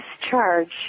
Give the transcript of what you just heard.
discharge